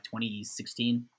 2016